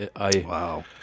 Wow